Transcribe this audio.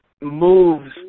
moves